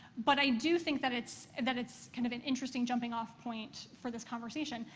but i do think that it's that it's kind of an interesting jumping-off point for this conversation.